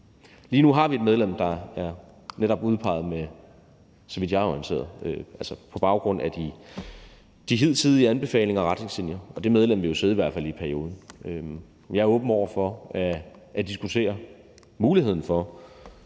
Lige nu har vi 1 medlem, der netop er udpeget, så vidt jeg er orienteret, på baggrund af de hidtidige anbefalinger og retningslinjer, og det medlem vil jo sidde i hvert fald i perioden. Men jeg er åben over for at diskutere muligheden for